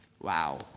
Wow